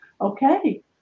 Okay